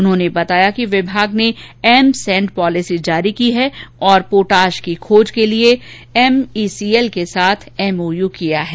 उन्होंने बताया कि विभाग ने एम सेंड पॉलिसी जारी की है और पोटाश की खोज के लिए एमईसीएल के साथ एमओयू किया है